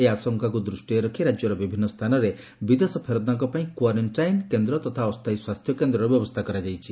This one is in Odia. ଏହି ଆଶଙ୍କାକୁ ଦୃଷ୍ଷିରେ ରଖି ରାଜ୍ୟର ବିଭିନୁ ସ୍ଚାନରେ ବିଦେଶ ଫେରନ୍ତାଙ୍କ ପାଇଁ କ୍ୱାରେକ୍କାଇନ କେନ୍ଦ୍ର ତଥା ଅସ୍ଚାୟୀ ସ୍ୱାସ୍ଥ୍ୟକେନ୍ଦ୍ରର ବ୍ୟବସ୍ଥା କରାଯାଇଛି